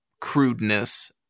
crudeness